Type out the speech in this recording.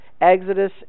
Exodus